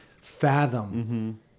fathom